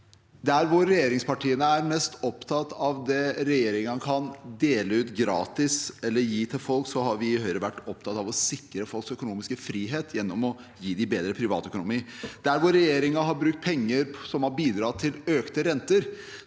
Der hvor regjeringspartiene er mest opptatt av det regjeringen kan dele ut gratis eller gi til folk, har vi i Høyre vært opptatt av å sikre folks økonomiske frihet gjennom å gi dem bedre privatøkonomi. Der hvor regjeringen har brukt penger som har bidratt til økte renter,